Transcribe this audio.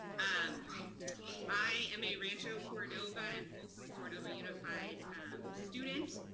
um i am a rancho cordova and folsom cordova unified student,